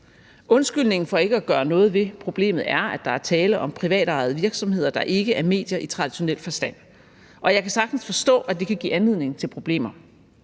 Undskyldningen for ikke at gøre noget ved problemet er, at der er tale om privatejede virksomheder, der ikke er medier i traditionel forstand, og jeg kan sagtens forstå, at det kan give anledning til problemer.